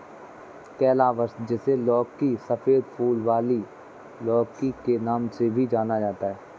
calabash, जिसे लौकी, सफेद फूल वाली लौकी के नाम से भी जाना जाता है